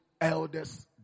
elders